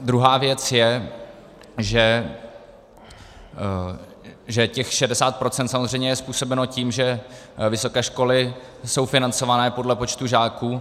Druhá věc je, že těch 60 % je samozřejmě způsobeno tím, že vysoké školy jsou financované podle počtu žáků.